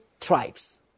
Tribes